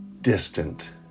distant